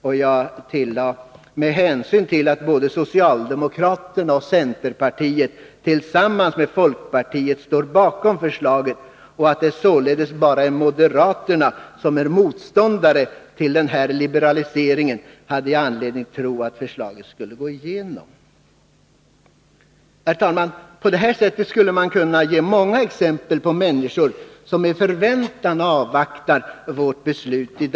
Och jag tillade: Med hänsyn till att både socialdemokraterna och centerpartiet, tillsammans med folkpartiet, står bakom förslaget, och att det således är bara moderaterna som är motståndare till den här liberaliseringen, har jag anledning tro att förslaget skall gå igenom. Herr talman! På det här sättet skulle man kunna ge många exempel på människor som med förväntan avvaktar vårt beslut.